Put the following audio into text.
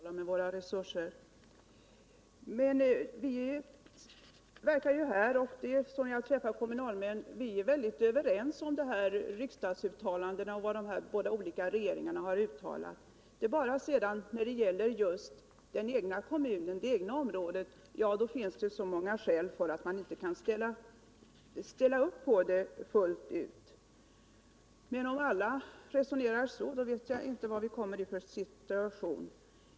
Herr talman! Det finns en ideologi i vårt parti, att vi skall hushålla med våra resurser. Vi verkar nu här vara överens — och likadant är det när jag träffar kommunalmän — om vad riksdagen och de olika regeringarna har uttalat. Men när det sedan gäller den egna kommunen och det egna området. då finns det så många skäl för att man inte kan ställa upp på det fullt ut. Om alla resonerar så, vet jag inte vad vi kommer i för situation.